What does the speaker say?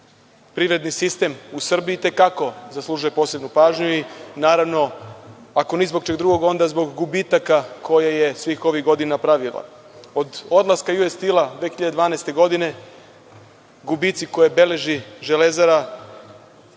privredni sistem u Srbiji i te kako zaslužuje posebnu pažnju i naravno, ako ni zbog čega drugog onda zbog gubitaka koje je svih ovih godina pravila. Od odlaska US stell-a 2012. godine, gubici koje beleži „Železara“